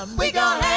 um we got